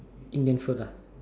Indian food ah